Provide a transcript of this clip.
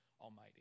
Almighty